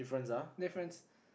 difference